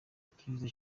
icyiza